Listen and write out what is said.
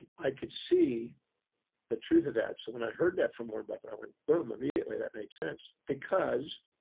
i could see the truth of that. so when i heard that from warren buffet, i went boom, immediately that made sense, because